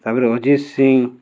ତା'ପରେ ଅରିଜିତ୍ ସିଂ